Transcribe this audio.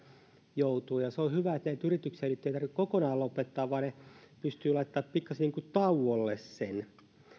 joutuu on hyvä että näitä yrityksiä nyt ei tarvitse kokonaan lopettaa vaan ne pystytään laittamaan pikkasen niin kuin tauolle